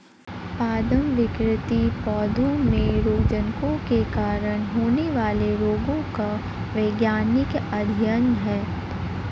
पादप विकृति पौधों में रोगजनकों के कारण होने वाले रोगों का वैज्ञानिक अध्ययन है